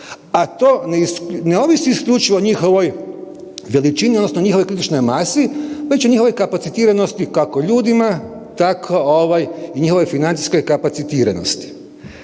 A to ne ovisi isključivo o njihovoj veličini odnosno njihovoj kritičnoj masi, već o njihovoj kapacitiranosti, kako ljudima, tako i njihovoj financijskoj kapacitiranosti.